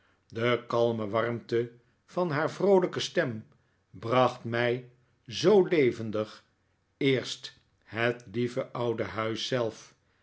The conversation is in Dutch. de kalme warmte van haar vroolijke stem bracht mij zoo levendig eerst het lieve oude huis